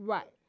Right